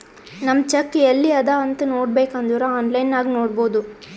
ನಮ್ ಚೆಕ್ ಎಲ್ಲಿ ಅದಾ ಅಂತ್ ನೋಡಬೇಕ್ ಅಂದುರ್ ಆನ್ಲೈನ್ ನಾಗ್ ನೋಡ್ಬೋದು